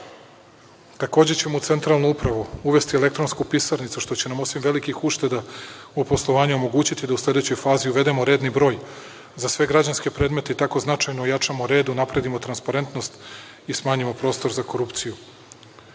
ćemo u centralnu upravu uvesti elektronsku pisarnicu, što će nam osim velikih ušteda u poslovanju, omogućiti da u sledećoj fazi uvedemo redni broj za sve građanske predmete i tako značajno ojačamo red, unapredimo transparentnost i smanjimo prostor za korupciju.U